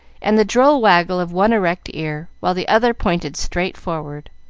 and the droll waggle of one erect ear, while the other pointed straight forward.